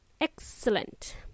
Excellent